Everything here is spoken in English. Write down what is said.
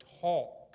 talk